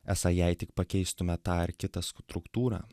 esą jei tik pakeistume tą ar kitą struktūrą